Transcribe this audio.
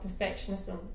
perfectionism